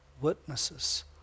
witnesses